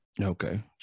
Okay